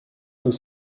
nous